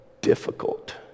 difficult